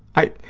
i,